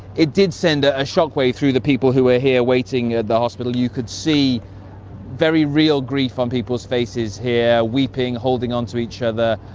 it did send a shockwave through the people who were here waiting at the hospital. you could see very real grief on people's faces here, weeping, holding on to each other,